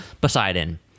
Poseidon